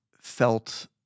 felt